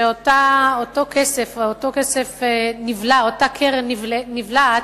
שאותו כסף נבלע, אותו קרן נבלעת,